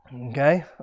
Okay